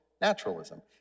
naturalism